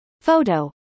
Photo